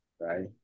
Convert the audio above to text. right